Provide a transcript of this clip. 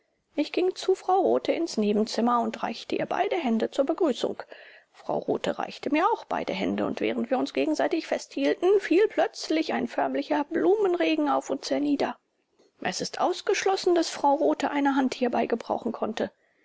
ich ging zu frau rothe ins nebenzimmer und reichte ihr beide hände zur begrüßung frau rothe reichte mir auch beide hände und während wir uns gegenseitig festhielten fiel plötzlich ein förmlicher blumenregen auf uns hernieder es ist ausgeschlossen daß frau rothe eine hand hierbei gebrauchen konnte